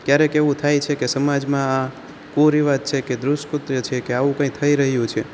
ક્યારેક એવું થાય છે કે સમાજમાં કુરિવાજ છે કે દુષ્કૃત્ય છે કે આવું કંઈ થઈ રહ્યું છે